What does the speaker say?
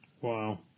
wow